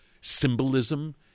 symbolism